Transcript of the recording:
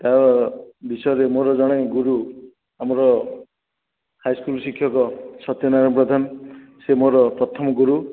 ତା ବିଷୟରେ ମୋର ଜଣେ ଗୁରୁ ଆମର ହାଇସ୍କୁଲ୍ ଶିକ୍ଷକ ସତ୍ୟନାରାୟଣ ପ୍ରଧାନ ସେ ମୋର ପ୍ରଥମ ଗୁରୁ